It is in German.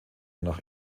nach